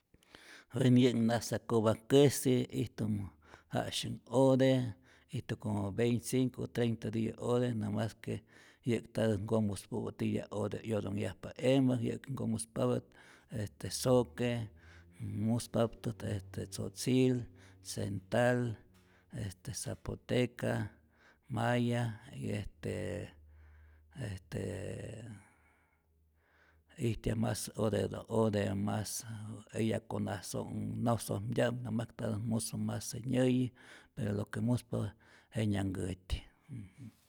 Wenä yä'k nasakopak'käsi ijtumä janusyanh ote ijtu como veinticinco, treinta tiyä ote namas que yäk ntatä nkomuspäpa titya'p ote 'yotonhyajpa emä, yä'ki nkomuspatät este zoque, muspaptä este tsotsil, tsental, este zapoteca, maya y estee est ijtyaj mas oteta ote mas eya konasoj nasojmtya'mpä, na mas ntatät muspa mas je nyäy. i pero lo que muspapät jenyanhkätyi.